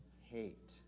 hate